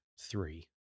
three